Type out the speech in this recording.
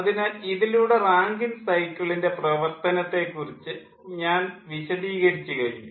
അതിനാൽ ഇതിലൂടെ റാങ്കിൻ സൈക്കിളിൻ്റെ പ്രവർത്തനത്തെ കുറിച്ച് ഞാൻ വിശദീകരിച്ചു കഴിഞ്ഞു